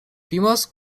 females